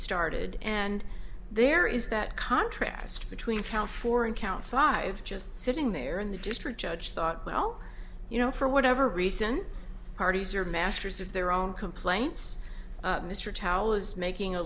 started and there is that contrast between count four and count five just sitting there in the district judge thought well you know for whatever reason parties are masters of their own complaints mr chow is making a